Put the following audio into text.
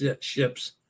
ships